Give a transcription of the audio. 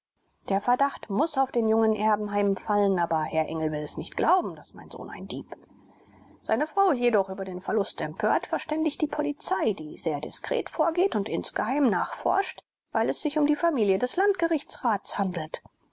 der verdacht muß auf den jungen erbenheim fallen aber herr engel will es nicht glauben daß mein sohn ein dieb seine frau jedoch über den verlust empört verständigt die polizei die sehr diskret vorgeht und insgeheim nachforscht weil es sich um die familie des landgerichtsrats handelt